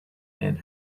and